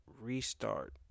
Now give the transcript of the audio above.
restart